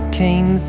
came